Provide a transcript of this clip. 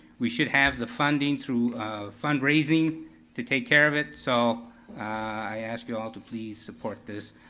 we should have the funding through fundraising to take care of it, so i ask you all to please support this,